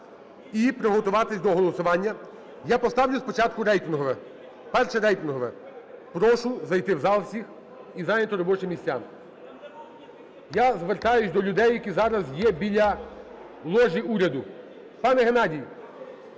і приготуватись до голосування. Я поставлю спочатку рейтингове. Перше рейтингове. Прошу зайти в зал всіх і зайняти робочі місця. Я звертаюсь до людей, які зараз є біля ложі уряду. Пане Геннадій,